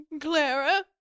Clara